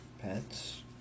pets